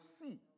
see